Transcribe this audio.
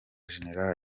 gen